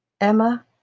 emma